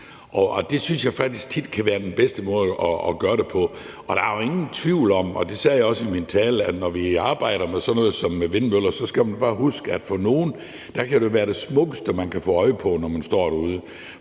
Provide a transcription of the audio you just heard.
det synes jeg faktisk tit kan være den bedste måde at gøre det på. Og der er jo ingen tvivl om – det sagde jeg også i min tale – at når man arbejder med sådan noget som vindmøller, så skal man bare huske, at for nogen kan det være det smukkeste, man kan få øje på, når man står derude;